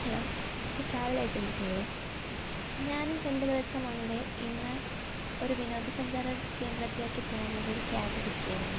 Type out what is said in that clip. hello ഇത് travel agency അല്ലെ ഞാൻ രണ്ടുദിവസം മുൻപേ ഇന്ന് ഒരു വിനോദ സഞ്ചാരകേന്ദ്രത്തിലേക്ക് പോവാൻ വേണ്ടി ഒരു ക്യാബ് ബുക്ക് ചെയ്തായിരുന്നു